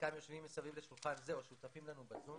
חלקם יושבים מסביב לשולחן זה או שותפים לנו ב-זום.